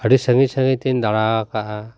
ᱟᱹᱰᱤ ᱥᱟᱺᱜᱤᱧ ᱥᱟᱺᱜᱤᱧ ᱛᱤᱧ ᱫᱟᱬᱟᱣ ᱟᱠᱟᱫᱟ